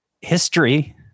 history